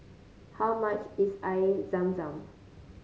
how much is Air Zam Zam